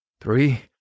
Three